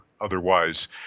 otherwise